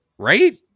Right